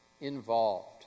involved